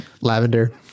Lavender